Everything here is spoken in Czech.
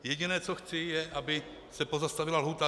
Jediné, co chci, je, aby se pozastavila lhůta.